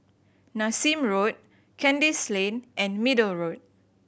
Nassim Road Kandis Lane and Middle Road